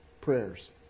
prayers